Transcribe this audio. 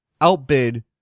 outbid